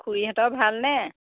খুড়ীহঁতৰ ভাল নে